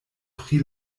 pri